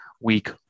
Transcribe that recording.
week